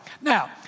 Now